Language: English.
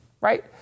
right